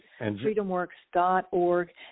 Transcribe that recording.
FreedomWorks.org